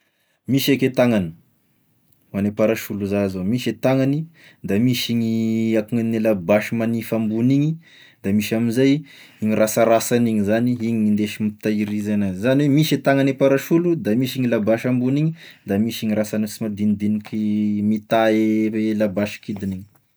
Misy eky e tagnany, ane parasolo za zao, misy e tagnany, da misy gny akonany labasy manify ambony igny, da misy amzay igny rasarasany igny zany, iny no hindesy mitahiriza an'azy, zany hoe misy e tagnane parasolo, da misy igny labasy ambony igny da misy igny rasany sy madinidiniky mitahy labasy kidiny igny.